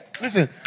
Listen